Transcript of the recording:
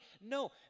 No